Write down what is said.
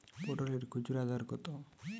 পটলের খুচরা দর কত?